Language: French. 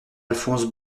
alphonse